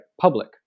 public